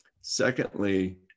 secondly